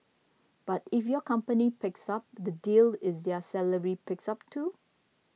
but if your company picks up the deal is their salary picks up too